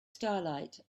starlight